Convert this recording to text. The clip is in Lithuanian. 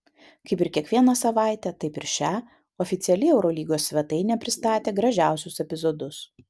kaip ir kiekvieną savaitę taip ir šią oficiali eurolygos svetainė pristatė gražiausius epizodus